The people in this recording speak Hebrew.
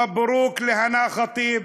מברוכ להנא ח'טיב,